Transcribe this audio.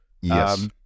Yes